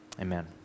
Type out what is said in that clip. Amen